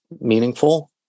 meaningful